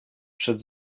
przed